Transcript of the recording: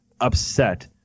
upset